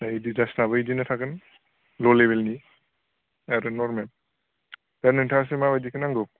ओमफ्राय एडिडासनाबो बिदिनो थागोन ल' लेभेलनि आरो नरमेल दा नोंथाङासो माबायदिखौ नांगौ